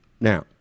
Now